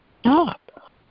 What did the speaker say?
Stop